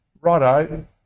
righto